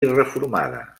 reformada